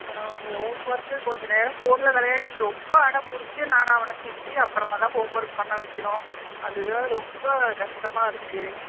ஆ home work கொஞ்சம் நேரம் ஃபோனில் விளையாட்டிட்டு ரொம்ப அடம்பிடிச்சி நான் அவனை திட்டி அப்புறமா தான் ஹோம் ஒர்க் பண்ண வைக்கணும் அது தான் ரொம்ப கஷ்டமாக இருக்கு